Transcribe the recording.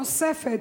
נוספת,